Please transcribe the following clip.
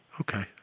Okay